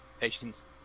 Patience